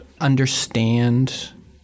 understand